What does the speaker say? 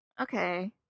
okay